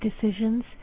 decisions